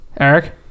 Eric